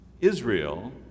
Israel